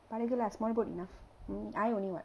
படகு:padagu lah small boat enough I only [what]